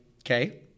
okay